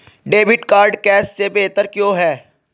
Debit card cash से बेहतर क्यों है?